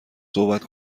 صحبت